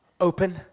open